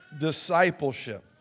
discipleship